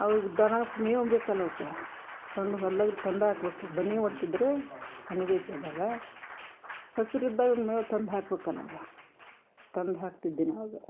ಅವಿಗೆ ದನಕ್ಕೆ ಮೇವು ಬೇಕಲ್ಲ ಅವ್ಕ ತಂದು ಹೊಲ್ದಾಗ ತಂದು ಹಾಕ್ಬೇಕು ಬನಿ ಓಡ್ತಿದ್ರು ಹೊನ್ನಿ ಬೇಸಾಯ್ದಾಗ ಹಸರ್ ಇದ್ದಾಗ ಮೇವು ತಂದು ಹಾಕ್ಬೇಕಲ್ಲರ ತಂದು ಹಾಕ್ತಿದ್ದೇವೆ ನಾವು